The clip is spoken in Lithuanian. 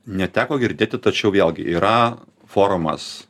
neteko girdėti tačiau vėlgi yra forumas